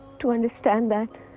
to understand that.